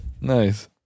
Nice